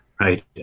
Right